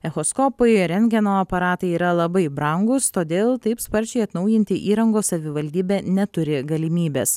echoskopai rentgeno aparatai yra labai brangūs todėl taip sparčiai atnaujinti įrangos savivaldybė neturi galimybės